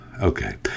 okay